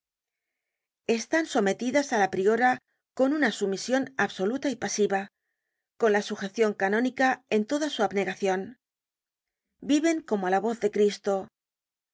están sometidas á la priora con una sumision absoluta y pasiva con la sujecion canónica en toda su abnegacion viven como á la voz de cristo